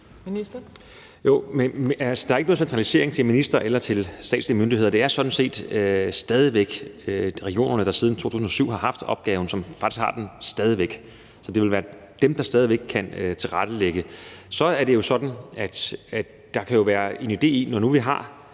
Heunicke): Jo, men altså, der er ikke nogen centralisering til ministeren eller til statslige myndigheder. Det er sådan set regionerne, der siden 2007 har haft opgaven, som faktisk stadig væk har den. Så det vil være dem, der stadig væk kan tilrettelægge det. Så kan der jo være en idé i, når nu vi har